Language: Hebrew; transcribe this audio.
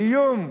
איום.